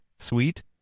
Sweet